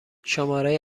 شماره